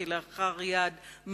כלאחר יד,